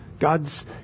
God's